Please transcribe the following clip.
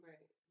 Right